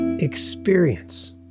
experience